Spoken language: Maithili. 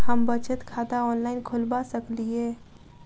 हम बचत खाता ऑनलाइन खोलबा सकलिये?